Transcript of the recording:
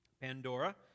Pandora